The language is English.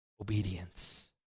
obedience